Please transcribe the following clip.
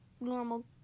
normal